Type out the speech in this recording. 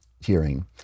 hearing